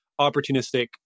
opportunistic